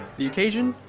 the occasion?